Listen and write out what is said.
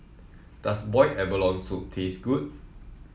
does Boiled Abalone Soup taste good